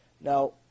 Now